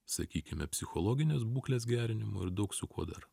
sakykime psichologinės būklės gerinimu ir daug su kuo dar